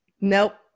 Nope